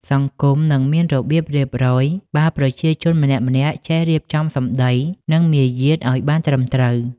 សង្គមនឹងមានរបៀបរៀបរយ បើប្រជាជនម្នាក់ៗចេះរៀបចំសម្ដី និងមារយាទឱ្យបានត្រឹមត្រូវ។